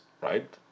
right